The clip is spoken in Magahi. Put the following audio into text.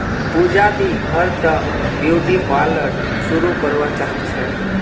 पूजा दी घर त ब्यूटी पार्लर शुरू करवा चाह छ